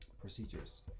procedures